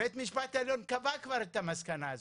בית משפט העליון קבע כבר את המסקנה הזו,